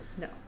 No